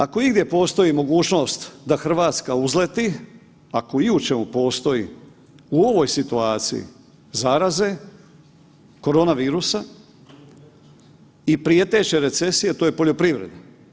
Ako igdje postoji mogućnost da Hrvatska uzleti, ako i u čemu postoji u ovoj situaciji zaraze korona virusa i prijeteće recesije to je poljoprivreda.